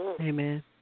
Amen